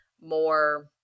more